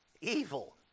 Evil